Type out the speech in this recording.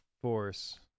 force